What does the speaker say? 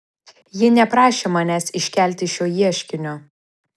ji neprašė manęs iškelti šio ieškinio